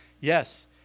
Yes